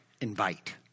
invite